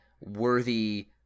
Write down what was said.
worthy